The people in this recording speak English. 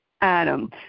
Adam